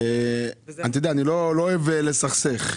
אני לא אוהב לסכסך.